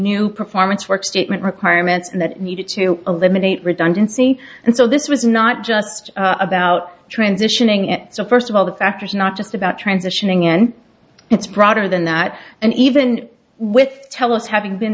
new performance work statement requirements and that needed to eliminate redundancy and so this was not just about transitioning it so first of all the factors are not just about transitioning and it's broader than that and even with telus having been